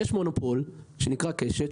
יש מונופול שנקרא קשת,